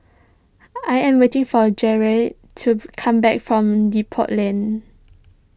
I am waiting for Jarret to come back from Depot Lane